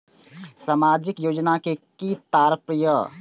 सामाजिक योजना के कि तात्पर्य?